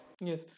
Yes